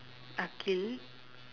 akhil